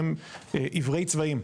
הם עוורי צבעים.